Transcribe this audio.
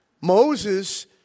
Moses